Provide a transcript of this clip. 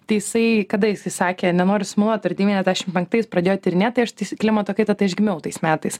tai jisai kada jisai sakė nenoriu sumeluot ar devyniasdešimt penktais pradėjo tyrinėt tai aš tais klimato kaita tai aš gimiau tais metais